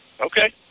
Okay